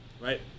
right